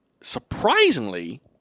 surprisingly